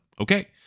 okay